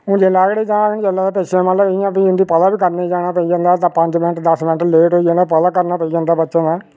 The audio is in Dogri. हुन जेल्लै अगड़़े जान पिच्छै बी उंदा मतलब पता बी करना जाना पेई जंदा पंज मैंट दस्स मैंट लेट होई जान ता पता करना पेई जंदा बच्चें दा